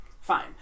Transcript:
Fine